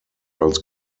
als